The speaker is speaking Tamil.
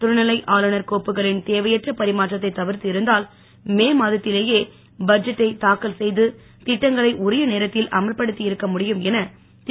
துணைநிலை ஆளுநர் கோப்புக்களின் தேவையற்ற பரிமாற்றத்தை தவிர்த்து இருந்தால் மே மாதத்திலேயே பட்ஜெட்டை தாக்கல் செய்து திட்டங்களை உரிய நேரத்தில் அமல்படுத்தி இருக்க முடியும் என திரு